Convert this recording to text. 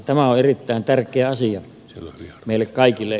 tämä on erittäin tärkeä asia meille kaikille